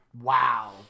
wow